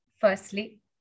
firstly